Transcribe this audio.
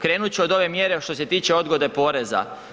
Krenut ću od ove mjere što se tiče odgode poreza.